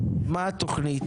מה התוכנית?